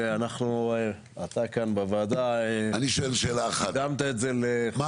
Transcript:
ואתה כאן בוועדה הקדמת את זה --- מה